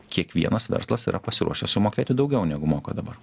kiekvienas verslas yra pasiruošęs sumokėti daugiau negu moka dabar